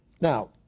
Now